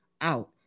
out